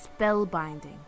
spellbinding